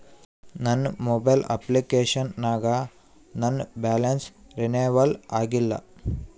ನನ್ನ mobile application ನಾಗ ನನ್ ಬ್ಯಾಲೆನ್ಸ್ ರೀನೇವಲ್ ಆಗಿಲ್ಲ